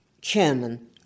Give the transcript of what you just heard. chairman